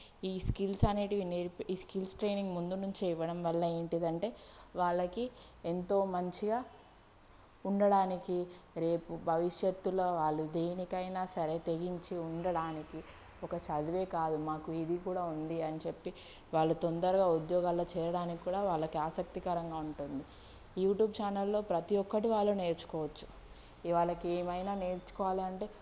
ఈ స్కిల్స్ అనేటివి నేర్పి ఈ స్కిల్స్ ట్రైనింగ్ ముందు నుంచే ఇవ్వడం వల్ల ఏంటిదంటే వాళ్ళకి ఎంతో మంచిగా ఉండడానికి రేపు భవిష్యత్తులో వాళ్ళు దేనికైనా సరే తెగించి ఉండడానికి ఒక చదివే కాదు మాకు ఇది కూడా ఉంది అని చెప్పి వాళ్ళు తొందరగా ఉద్యోగాల్లో చేయడానికి కూడా వాళ్ళకి ఆసక్తికరంగా ఉంటుంది ఈ యూట్యూబ్ ఛానల్లో ప్రతి ఒక్కటి వాళ్ళు నేర్చుకోవచ్చు ఈ వాళ్ళకి ఏమైనా నేర్చుకోవాలంటే